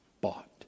bought